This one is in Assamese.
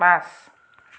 ৰ্পাঁচ